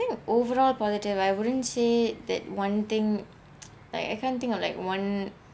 think overall positive I wouldn't say that one thing like I can't think of like one